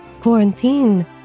quarantine